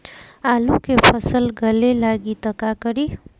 आलू के फ़सल गले लागी त का करी?